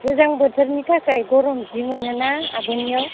गोजां बोथोरनि थाखाय गरम सि मोनो ना आब'नियाव